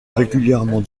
régulièrement